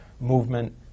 movement